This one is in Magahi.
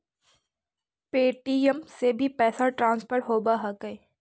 पे.टी.एम से भी पैसा ट्रांसफर होवहकै?